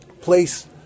place